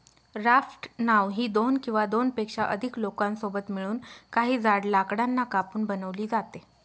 raft नाव ही दोन किंवा दोनपेक्षा अधिक लोकांसोबत मिळून, काही जाड लाकडांना कापून बनवली जाते